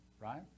Right